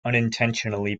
unintentionally